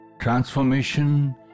Transformation